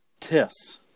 Tiss